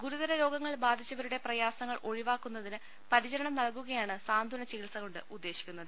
ഗുരുതര രോഗങ്ങൾ ബാധിച്ചവരുടെ പ്രയാസ ങ്ങൾ ഒഴിവാക്കുന്നതിന് പരിചരണം നൽകുകയാണ് സാന്ത്വന ചികിത്സ കൊണ്ട് ഉദ്ദേശിക്കുന്നത്